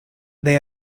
they